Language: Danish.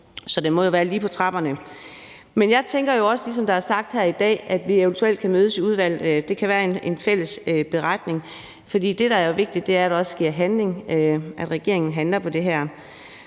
så den må være lige på trapperne, men jeg tænker også, ligesom det er blevet sagt her i dag, at vi eventuelt kan mødes i udvalget – det kan være om en fælles beretning. For det, der jo er vigtigt, er, at der også kommer handling; at regeringen handler på det her.